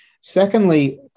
Secondly